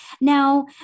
Now